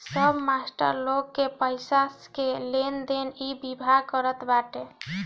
सब मास्टर लोग के पईसा के लेनदेन इ विभाग करत बाटे